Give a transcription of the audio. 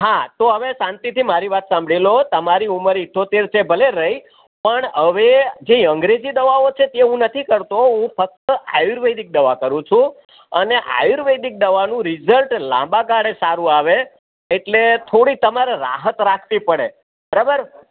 હા તો હવે શાંતિથી મારી વાત સાંભળી લો તમારી ઉંમર અઠ્ઠોતેર છે ભલે રહી પણ હવે જે અંગ્રેજી દવાઓ છે તે હું નથી કરતો હું ફક્ત આયુર્વેદિક દવા કરું છું અને આયુર્વેદિક દવાનું રિઝલ્ટ લાંબા ગાળે સારું આવે એટલે થોડી તમારે રાહત રાખવી પડે બરાબર